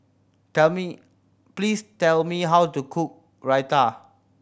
tell me please tell me how to cook Raita